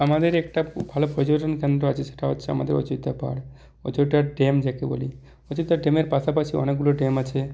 আমাদের একটা ভালো পর্যটন কেন্দ্র আছে সেটা হচ্ছে আমাদের অযোধ্যা পাহাড় অযোধ্যার ড্যাম যাকে বলি অযোধ্যা ড্যামের পাশাপাশি অনেকগুলো ড্যাম আছে